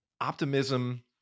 optimism